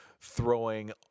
throwing